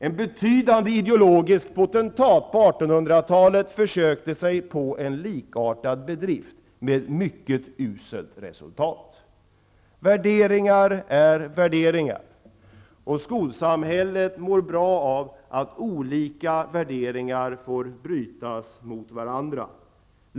En betydande ideologisk potentiat på 1800-talet försökte sig på en likartad bedrift, med mycket uselt resultat. Värderingar är värderingar, och skolsamhället mår bra av att olika värderingar får stå mot varandra.